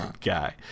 guy